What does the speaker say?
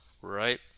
right